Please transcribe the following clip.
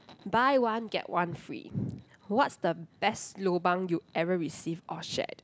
buy one get one free what's the best lobang you ever received or shared